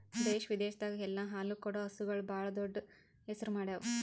ದೇಶ ವಿದೇಶದಾಗ್ ಎಲ್ಲ ಹಾಲು ಕೊಡೋ ಹಸುಗೂಳ್ ಭಾಳ್ ದೊಡ್ಡ್ ಹೆಸರು ಮಾಡ್ಯಾವು